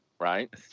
right